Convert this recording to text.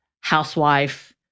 housewife